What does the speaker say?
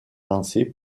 lancée